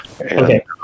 okay